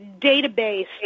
database